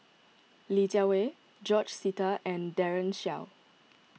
Li Jiawei George Sita and Daren Shiau